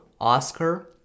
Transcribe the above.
Oscar